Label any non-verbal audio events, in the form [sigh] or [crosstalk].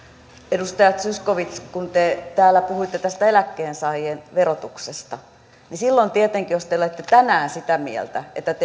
edustaja zyskowicz kun te täällä puhuitte tästä eläkkeensaajien verotuksesta niin olisiko silloin jos te olette tänään sitä mieltä että te [unintelligible]